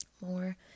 more